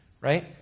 right